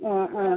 ആ ആ